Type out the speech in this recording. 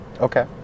Okay